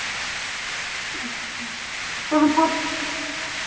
अच्छा तो हमको